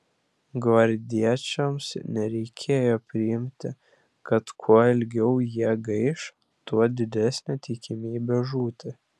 gvardiečiams nereikėjo priminti kad kuo ilgiau jie gaiš tuo didesnė tikimybė žūti